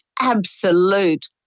absolute